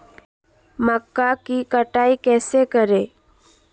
मक्का की कटाई कैसे करें?